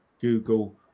Google